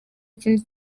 ikindi